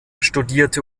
studierte